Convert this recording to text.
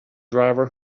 driver